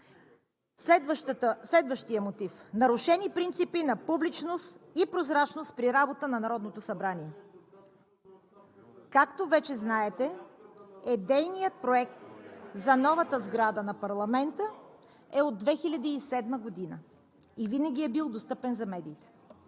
Следващият мотив – нарушени принципи на публичност и прозрачност при работа на Народното събрание. Както вече знаете, идейният проект за новата сграда на парламента е от 2007 г. и винаги е бил достъпен за медиите.